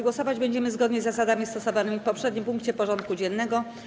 Głosować będziemy zgodnie z zasadami stosowanymi w poprzednim punkcie porządku dziennego.